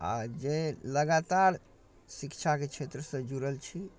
आओर जे लगातार शिक्षाके क्षेत्रसँ जुड़ल छी